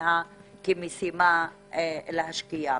בפניה כמשימה להשקיע בה.